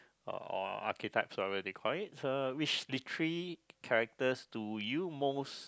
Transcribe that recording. or archetypes or whatever they call it so which literary characters do you most